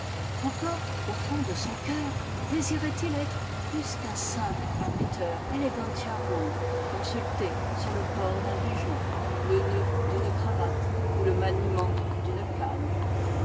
encore au fond de son cœur désirait il être plus qu'un simple arbiter elegantiarum consulté sur le port d'un bijou le nœud d'une cravate ou le maniement d'une canne